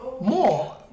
More